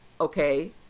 Okay